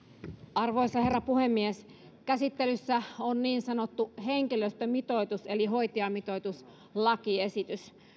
arvoisa herra puhemies käsittelyssä on niin sanottu henkilöstömitoitus eli hoitajamitoituslakiesitys